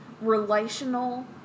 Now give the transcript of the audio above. relational